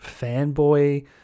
fanboy